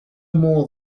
more